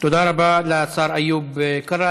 תודה רבה לשר איוב קרא.